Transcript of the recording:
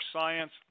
science